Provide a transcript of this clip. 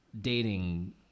dating